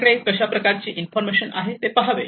आपल्याकडे कशा प्रकारचे इन्फॉर्मेशन आहे ते पहावे